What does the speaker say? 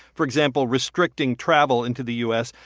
for example, restricting travel into the u. s.